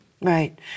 Right